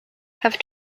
have